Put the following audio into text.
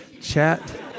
Chat